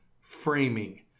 framing